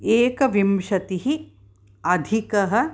एकविंशतिः अधिकः